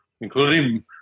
including